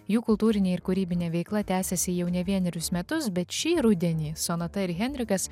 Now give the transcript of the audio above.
jų kultūrinė ir kūrybinė veikla tęsiasi jau ne vienerius metus bet šį rudenį sonata ir henrikas